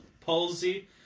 palsy